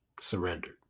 surrendered